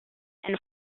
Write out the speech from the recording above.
and